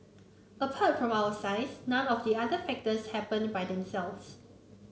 apart from our size none of the other factors happened by themselves